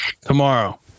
Tomorrow